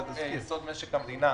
התיקון לחוק יסוד: משק המדינה,